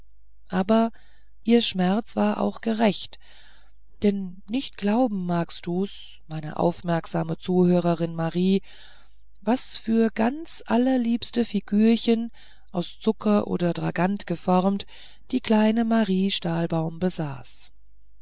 aber ihr schmerz war auch gerecht denn nicht glauben magst du's meine aufmerksame zuhörerin marie was für ganz allerliebste figürchen aus zucker oder dragant geformt die kleine marie stahlbaum besaß